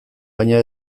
baina